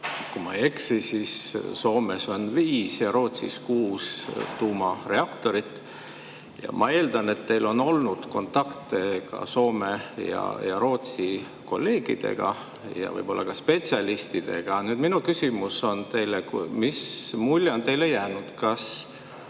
Kui ma ei eksi, siis Soomes on viis ja Rootsis kuus tuumareaktorit. Ja ma eeldan, et teil on olnud kontakte Soome ja Rootsi kolleegidega ja võib-olla ka spetsialistidega. Minu küsimus on teile: mis mulje on teile jäänud, kas